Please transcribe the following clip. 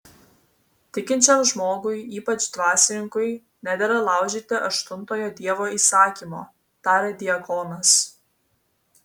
tikinčiam žmogui ypač dvasininkui nedera laužyti aštuntojo dievo įsakymo tarė diakonas